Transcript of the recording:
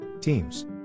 Teams